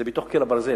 זה מתוך "קיר הברזל".